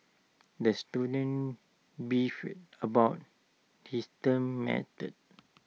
the student beefed about his turn mates